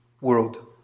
world